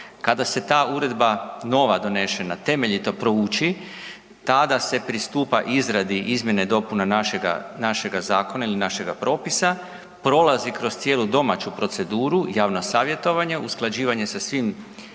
Kada se ta uredba nova donešena, temeljito prouči, tada se pristupa izradi izmjene i dopune našega zakona ili našega propisa, prilazi kroz cijelu domaću proceduru, javno savjetovanje, usklađivanje sa svim